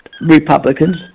Republicans